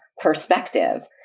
perspective